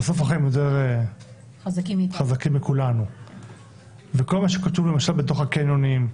בסוף החיים יותר חזקים מכולנו וכל מה שכתוב למשל בתוך הקניונים,